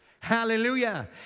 Hallelujah